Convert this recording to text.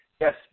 Yes